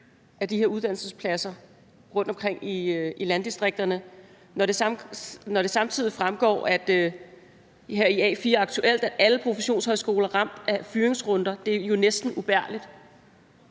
af de her uddannelsespladser rundtomkring i landdistrikterne, når følgende samtidig fremgår af A4 Aktuelt: »Alle professionshøjskoler ramt af fyringsrunder: »Det er jo næsten ubærligt««.